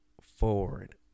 forward